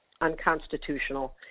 unconstitutional